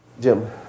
Jim